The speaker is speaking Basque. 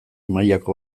mailako